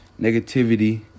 negativity